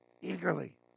Eagerly